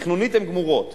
תכנונית הן גמורות,